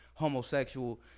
homosexual